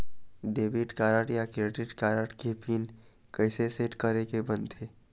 Debit card या credit card के pin कइसे सेट करे के बनते?